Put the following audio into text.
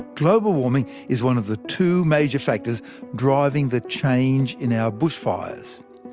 global warming is one of the two major factors driving the change in our bushfires.